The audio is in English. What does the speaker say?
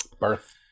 Birth